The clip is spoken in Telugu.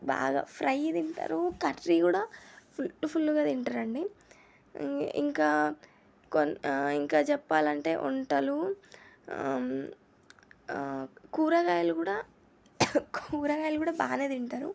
బాగా ఫ్రై తింటారు కర్రీ కూడా ఫుల్ ఫుల్గా తింటారండి ఇంకా కొన్ ఇంకా చెప్పాలంటే వంటలు కూరగాయలు కూడా కూరగాయలు కూడా బాగానే తింటారు